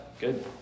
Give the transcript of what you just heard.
good